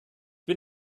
bin